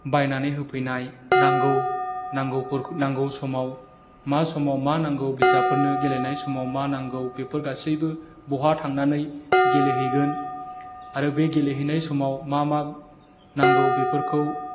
बायनानै होफैनाय नांगौ नांगौ समाव मा समाव मा नांगौ फिसाफोरनो गेलेनाय समाव मा नांगौ बेफोर गासैबो बहा थांनानै गेलेहैगोन आरो बे गेलेहैनाय समाव मा मा नांगौ बेफोरखौ